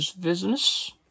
business